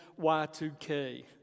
Y2K